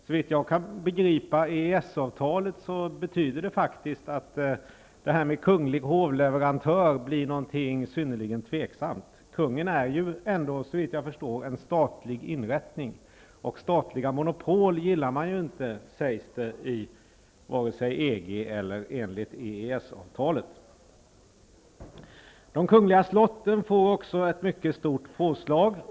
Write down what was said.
Såvitt jag kan förstå av EES-avtalet betyder det att det här med kungl. hovleverantör blir någonting synnerligen tveksamt. Kungen är ju en statlig inrättning, och statliga monopol gillar man inte vare sig i EG eller i EES-avtalet, sägs det. Också de kungliga slotten får ett mycket stort påslag.